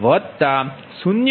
5 0